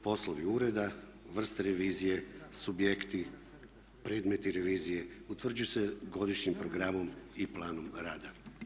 Poslovi ureda, vrst revizije, subjekti, predmeti revizije utvrđuju se godišnjim programom i planom rada.